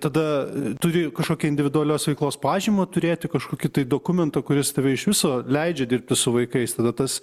tada turi kažkokią individualios veiklos pažymą turėti kažkokį dokumentą kuris tave iš viso leidžia dirbti su vaikais tada tas